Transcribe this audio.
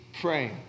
praying